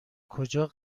کجا